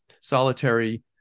solitary